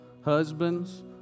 husbands